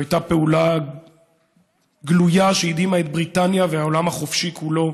זו הייתה פעולה גלויה שהדהימה את בריטניה והעולם החופשי כולו